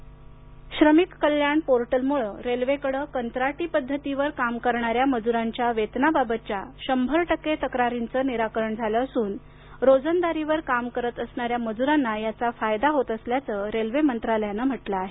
भारतीय रेल्वे श्रमिक कल्याण पोर्टलमुळं रेल्वेकडं कंत्राटी पद्धतीवर काम करणाऱ्या मजुरांच्या वेतनाबाबतच्या शंभर टक्के तक्रारींच निराकरण झालं असून रोजंदारीवर काम करणाऱ्या मजु्रांना याचा फायदा होईल असं रेल्वे मंत्रालयानं म्हटलं आहे